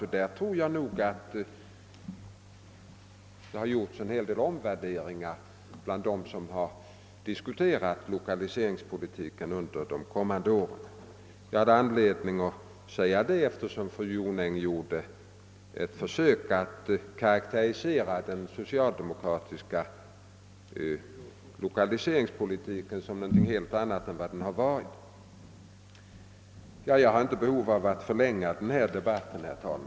Och där har det säkerligen skett en betydande omvärdering bland dem som har varit med om att diskutera lokaliseringspolitiken. Jag har anledning att säga det eftersom fru Jonäng ju försökte karakterisera den socialdemokratiska lokaliseringspolitiken som något helt annat än vad den har varit. Jag skall, herr talman, inte förlänga denna debatt ytterligare.